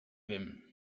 wiem